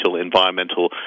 environmental